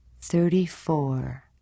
Thirty-four